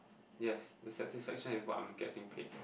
yes the satisfaction is what I'm getting paid